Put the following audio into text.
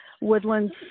woodlands